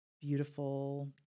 beautiful